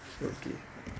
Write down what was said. okay